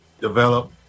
develop